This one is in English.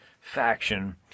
faction